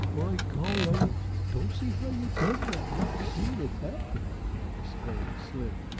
by golly, i don't see how you done that without seein' it happen, exclaimed slim,